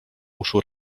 uszu